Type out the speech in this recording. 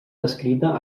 descrita